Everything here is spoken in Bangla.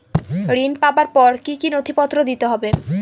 ঋণ পাবার জন্য কি কী নথিপত্র দিতে হবে?